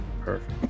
Perfect